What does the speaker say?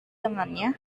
dengannya